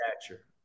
stature